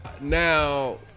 Now